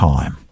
Time